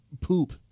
poop